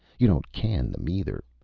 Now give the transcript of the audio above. you don't can them, either,